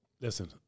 Listen